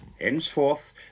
Henceforth